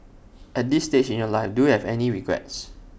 at this stage in your life do you have any regrets